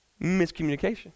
miscommunication